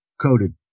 Coated